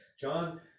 John